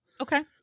Okay